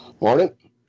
Morning